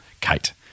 Kate